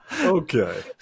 Okay